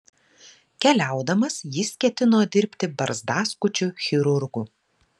keliaudamas jis ketino dirbti barzdaskučiu chirurgu